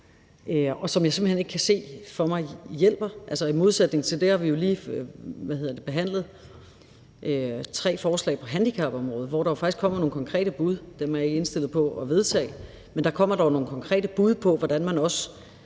som jeg simpelt hen ikke kan se for mig hjælper. Altså, i modsætning til det har vi jo lige behandlet tre forslag på handicapområdet, hvor der faktisk kommer nogle konkrete bud, som jeg ikke er indstillet på at vedtage, men der kommer dog nogle konkrete bud på, hvordan man også